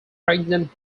pregnant